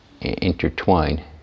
intertwine